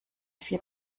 vier